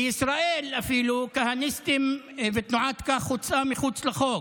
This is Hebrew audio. בישראל אפילו כהניסטים ותנועת כך הוצאו מחוץ לחוק,